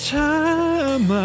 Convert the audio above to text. time